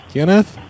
Kenneth